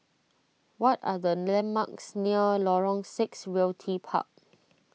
what are the landmarks near Lorong six Realty Park